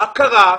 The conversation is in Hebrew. מה קרה?